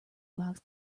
box